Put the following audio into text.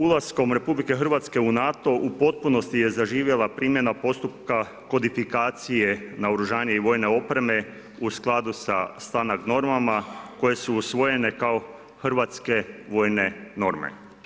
Ulaskom RH u NATO u potpunosti je zaživjela primjena postupka kodifikacije naoružanja i vojne opreme u skladu sa ... normama koje su usvojene kao hrvatske vojne norme.